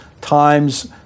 times